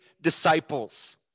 disciples